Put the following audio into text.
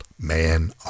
Man